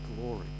glory